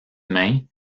main